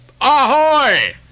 ahoy